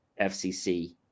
FCC